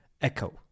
echo